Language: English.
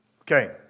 Okay